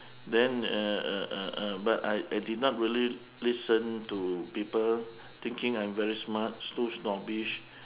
then uh uh uh uh but I I did not really listen to people thinking I very smart so snobbish